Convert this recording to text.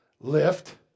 Lift